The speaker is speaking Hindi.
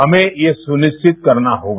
हमें यह सुनिश्चित करना होगा